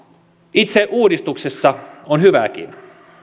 itse uudistuksessa on hyvääkin